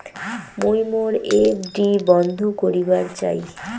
মুই মোর এফ.ডি বন্ধ করিবার চাই